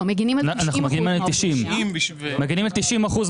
לא, מגנים על 90% מהעובדים.